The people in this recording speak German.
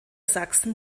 sachsen